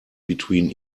between